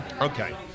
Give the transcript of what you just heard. Okay